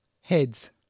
Heads